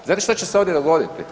Znate šta će se ovdje dogoditi?